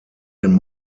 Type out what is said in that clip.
den